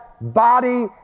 body